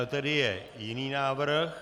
Tedy je jiný návrh.